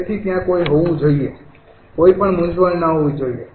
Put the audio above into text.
તેથી ત્યાં કઈ હોવું જોઈએ કોઈ પણ મૂંઝવણ ન હોવી જોઈએ